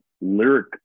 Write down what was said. lyric